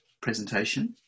presentation